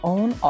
Own